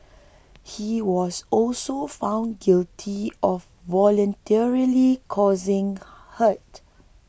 he was also found guilty of voluntarily causing hurt